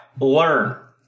Learn